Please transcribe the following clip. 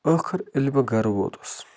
ٲخٕر ییٚلہِ بہٕ گَرٕ ووتُس